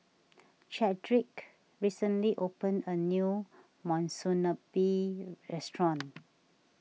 Chadrick recently opened a new Monsunabe restaurant